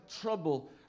trouble